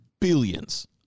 billions